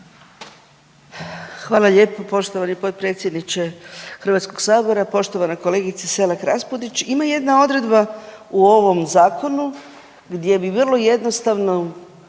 Hvala lijepo poštovani potpredsjedniče HS. Poštovana kolegice Selak Raspudić, ima jedna odredba u ovom zakonu gdje bi bilo jednostavno